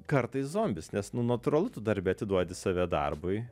kartais zombis nes nu natūralu tu darbe atiduoti save darbui